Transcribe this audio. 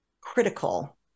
critical